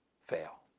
fail